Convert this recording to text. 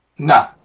No